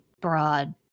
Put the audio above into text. broad